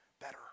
better